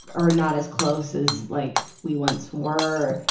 or not as close as like we once were.